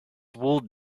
wool